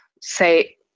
say